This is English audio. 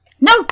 No